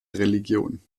religion